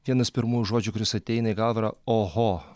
vienas pirmųjų žodžių kuris ateina į galvą oho